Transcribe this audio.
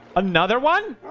another one.